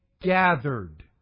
gathered